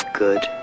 good